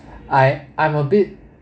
I I'm a bit